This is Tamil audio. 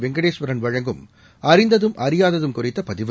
வெங்கடேஸ்வரன் வழங்கும் அறிந்ததும் அறியாததும் குறித்த பதிவு